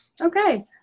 Okay